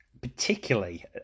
particularly